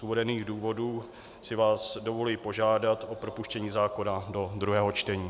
Z uvedených důvodů si vás dovoluji požádat o propuštění zákona do druhého čtení.